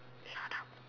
shut up